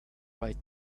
bright